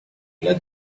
let